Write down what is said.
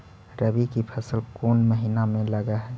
रबी की फसल कोन महिना में लग है?